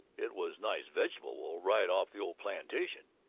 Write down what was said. it was nice vegetable wool, right off the ole plantation!